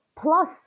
plus